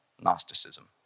Gnosticism